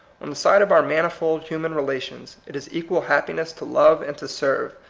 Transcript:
on the side of our manifold human relations, it is equal hap piness to love and to serve,